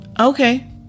okay